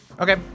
Okay